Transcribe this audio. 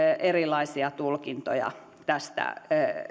erilaisia tulkintoja tästä